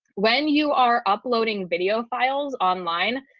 when you are uploading video files online,